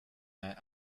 that